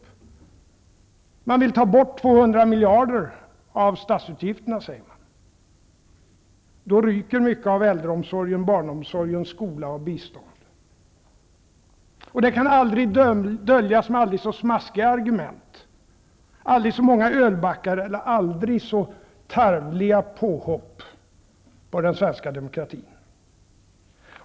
De säger att de vill ta bort 200 miljarder kronor från statsutgifterna. Då ryker mycket av äldreomsorgen, barnomsorgen, skola och bistånd. Det kan inte döljas med aldrig så smaskiga argument, aldrig så många ölbackar eller aldrig så tarvliga påhopp på den svenska demokratin.